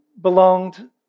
belonged